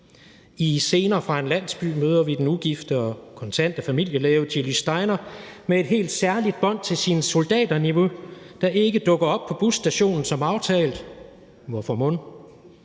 I »Scener fra en landsby« møder vi den ugifte og kontante familielæge Gili Steiner med et helt særligt bånd til sin soldaternevø, der ikke dukker op på busstationen som aftalt. Hvorfor mon?